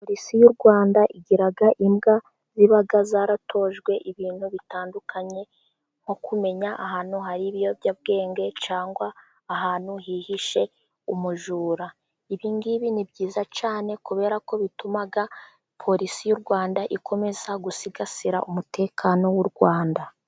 Polisi y'u Rwanda igira imbwa ziba zaratojwe ibintu bitandukanye nko kumenya ahantu hari ibiyobyabwenge cyangwa ahantu hihishe umujura. Ibi ngibi ni byiza cyane kubera ko bituma polisi y'u Rwanda ikomeza gusigasira umutekano w'u Rwanda.